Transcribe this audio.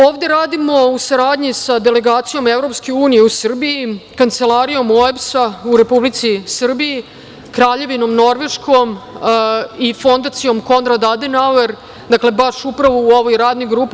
Ovde radimo u saradnji sa delegacijom EU u Srbiji, Kancelarijom OEBS-a u Republici Srbiji, Kraljevinom Norveškom i Fondacijom „Konrad Adenauer“, dakle baš upravo u ovoj Radnoj grupi.